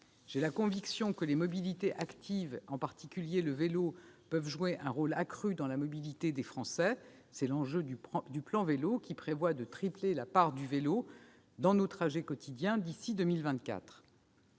J'ai la conviction que les mobilités actives, en particulier le vélo, peuvent jouer un rôle accru dans la mobilité des Français. C'est l'enjeu du plan Vélo, qui prévoit de tripler la part du vélo dans nos trajets quotidiens d'ici à 2024.